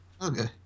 Okay